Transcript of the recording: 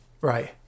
Right